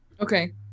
Okay